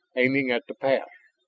aiming at the pass.